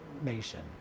nation